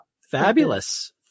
Fabulous